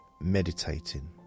meditating